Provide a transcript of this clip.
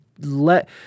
let